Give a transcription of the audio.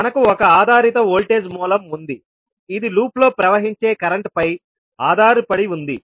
మనకు ఒక ఆధారిత వోల్టేజ్ సోర్స్ ఉంది ఇది లూప్ లో ప్రవహించే కరెంట్పై ఆధారపడి ఉంటుంది